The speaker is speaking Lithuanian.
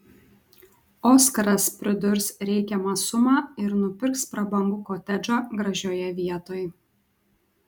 oskaras pridurs reikiamą sumą ir nupirks prabangų kotedžą gražioje vietoj